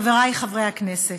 חברי חברי הכנסת,